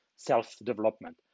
self-development